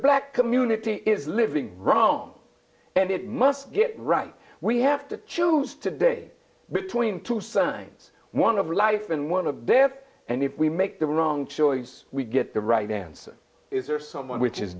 black community is living wrong and it must get right we have to choose today between two signs one of life and one of death and if we make the wrong choice we get the right answer is or someone which is